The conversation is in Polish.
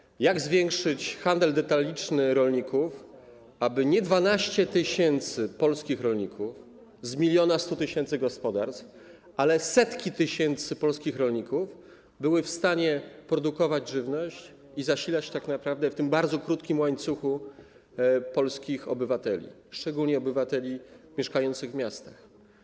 Chodzi o to, jak zwiększyć handel detaliczny rolników, aby nie 12 tys. polskich rolników z 1100 tys. gospodarstw, ale setki tysięcy polskich rolników były w stanie produkować żywność i w tym tak naprawdę bardzo krótkim łańcuchu zasilać polskich obywateli, szczególnie obywateli mieszkających w miastach.